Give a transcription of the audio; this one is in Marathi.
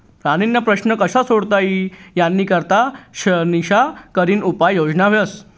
पाणीना प्रश्न कशा सोडता ई यानी करता शानिशा करीन उपाय योजना व्हस